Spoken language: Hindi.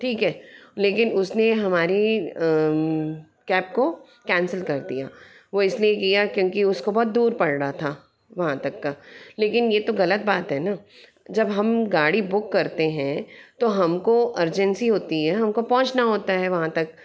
ठीक है लेकिन उस ने हमारी केब को कैंसिल कर दिया वो इस लिए किया क्योंकि उसको बहुत दूर पड़ रहा था वहाँ तक का लेकिन ये तो ग़लत बात है ना जब हम गाड़ी बुक करते हैं तो हम को अर्जेंसी होती है हम को पहुंचना होता है वहाँ तक